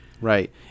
Right